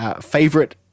favorite